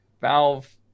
Valve